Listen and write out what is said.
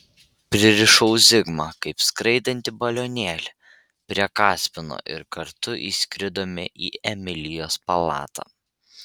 pririšau zigmą kaip skraidantį balionėlį prie kaspino ir kartu įskridome į emilijos palatą